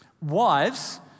Wives